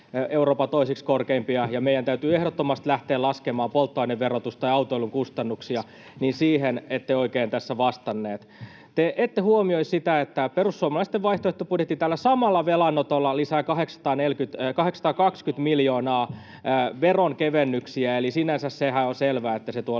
Euroopan toiseksi korkeimpia, ja meidän täytyy ehdottomasti lähteä laskemaan polttoaineverotusta ja autoilun kustannuksia, niin siihen ette oikein tässä vastannut. Te ette huomioi sitä, että perussuomalaisten vaihtoehtobudjetti tällä samalla velanotolla lisää 820 miljoonaa veronkevennyksiä. Eli sinänsähän se on selvää, että se tuo